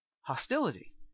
Hostility